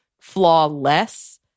flawless